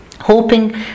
Hoping